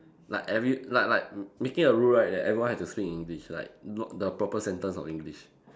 like every like like m~ making a rule right that everyone has to speak in English like no~ the proper sentence of English